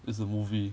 it's a movie